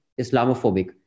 Islamophobic